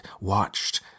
watched